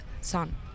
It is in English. son